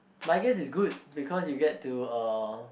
but I guess is good because you get to uh